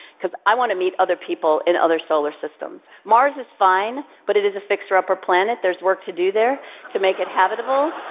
because i want to meet other people in other solar systems. mars is fine, but it is a fixer-upper planet. there's work to do there to make it habitable.